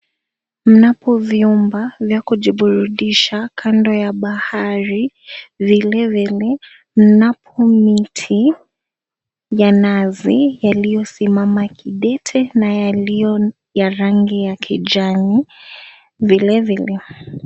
Mnapo vyumba vya kujiburudisha kando ya bahari vilivile mnapo miti ya nazi yalio simama kidete ya rangi ya kijani vilevile.